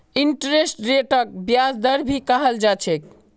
interest रेटक ब्याज दर भी कहाल जा छे